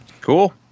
Cool